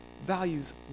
values